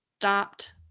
stopped